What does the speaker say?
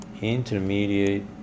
intermediate